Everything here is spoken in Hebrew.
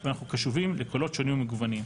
ואנחנו קשובים לקולות שונים ומגוונים.